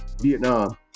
Vietnam